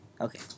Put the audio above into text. Okay